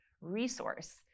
resource